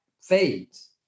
fades